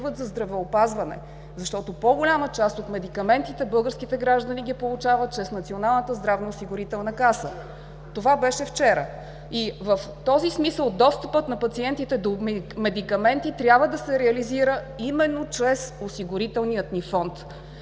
за здравеопазване, защото по-голяма част от медикаментите българските граждани ги получават чрез Националната здравноосигурителна каса. (Реплика от ГЕРБ: „Това беше вчера.“) Това беше вчера. И в този смисъл достъпът на пациентите до медикаменти трябва да се реализира именно чрез осигурителния ни фонд.